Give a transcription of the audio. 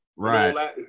Right